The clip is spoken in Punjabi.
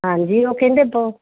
ਹਾਂਜੀ ਉਹ ਕਹਿੰਦੇ